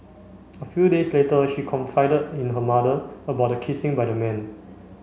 a few days later she confided in her mother about the kissing by the man